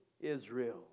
Israel